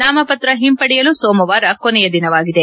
ನಾಮಪತ್ರ ಹಿಂಪಡೆಯಲು ಸೋಮವಾರ ಕೊನೆಯ ದಿನವಾಗಿದೆ